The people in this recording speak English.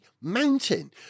mountain